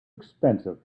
expensive